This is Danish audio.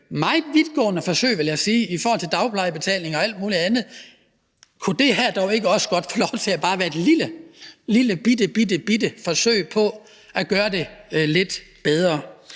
meget vidtgående forsøg, vil jeg sige – i forhold til dagplejebetaling og alt muligt andet. Kunne det her dog ikke også godt få lov til bare at være et lillelillebitte forsøg på at gøre det lidt bedre?